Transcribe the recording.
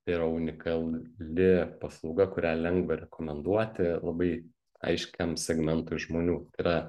tai yra unikali paslauga kurią lengva rekomenduoti labai aiškiam segmentui žmonių tai yra